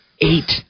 Eight